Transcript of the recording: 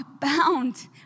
bound